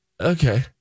Okay